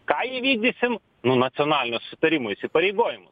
ką įvykdysim nu nacionalinio susitarimo įsipareigojimus